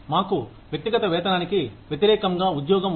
మాకు వ్యక్తిగత వేతనానికి వ్యతిరేకంగా ఉద్యోగం ఉంది